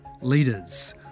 leaders